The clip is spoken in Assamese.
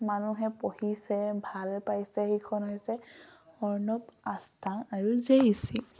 মানুহে পঢ়িছে ভাল পাইছে সেইখন হৈছে অৰ্ণৱ আস্থা আৰু জে ই চি